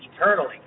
eternally